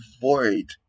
void